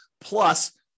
plus